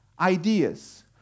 Ideas